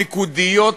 פיקודיות,